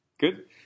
Good